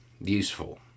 useful